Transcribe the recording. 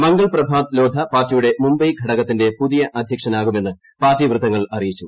മംഗൾ പ്രഭാത് ലോധ പാർട്ടിയുടെ മുംബൈ ഘടകത്തിന്റെ പുതിയ അധ്യക്ഷനാകുമെന്ന് പാർട്ടി വൃത്തങ്ങൾ അറിയിച്ചു